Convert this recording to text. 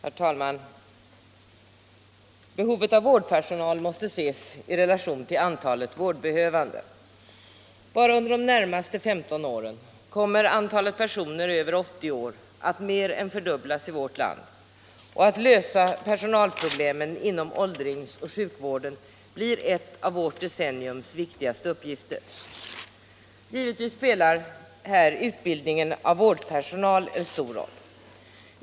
Herr talman! Behovet av vårdpersonal måste ses i relation till antalet vårdbehövande. Bara under de närmaste 15 åren kommer antalet personer över 80 år att mer än fördubblas i vårt land, och att lösa personalproblemen inom åldrings och sjukvården blir ett av vårt deceniums viktigaste uppgifter. Givetvis spelar här utbildningen av vårdpersonal en stor roll.